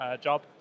job